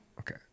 Okay